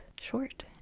short